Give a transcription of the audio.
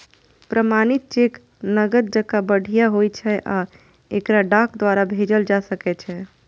प्रमाणित चेक नकद जकां बढ़िया होइ छै आ एकरा डाक द्वारा भेजल जा सकै छै